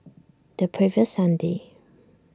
the previous sunday